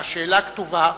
השאילתא כתובה,